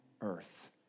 earth